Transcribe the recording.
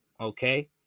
Okay